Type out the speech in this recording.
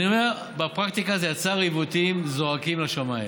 אני אומר, בפרקטיקה זה יצר עיוותים זועקים לשמיים.